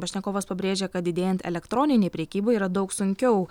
pašnekovas pabrėžia kad didėjant elektroninei prekybai yra daug sunkiau